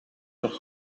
sur